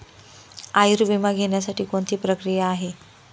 आयुर्विमा घेण्यासाठी कोणती प्रक्रिया आहे?